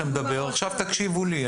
נתתי לכם לדבר ועכשיו תקשיבו לי.